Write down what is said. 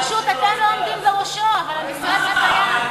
פשוט אתם לא עומדים בראשו, אבל המשרד קיים.